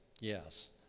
Yes